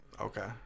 Okay